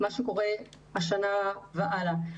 שקורה השנה והלאה.